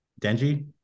Denji